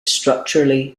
structurally